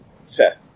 Seth